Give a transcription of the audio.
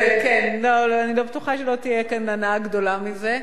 אני לא בטוחה שלו תהיה כאן הנאה גדולה מזה.